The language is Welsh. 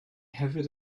hefyd